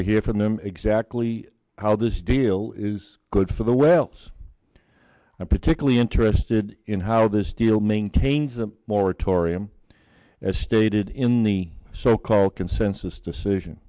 to hear from them exactly how this deal is good for the wells i'm particularly interested in how this deal maintains the moratorium as stated in the so called consensus decision